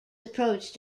approach